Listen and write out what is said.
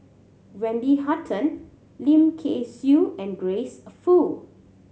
Wendy Hutton Lim Kay Siu and Grace Fu